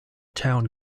town